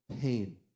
pain